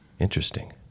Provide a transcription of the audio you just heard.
Interesting